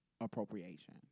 appropriation